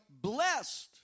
blessed